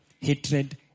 hatred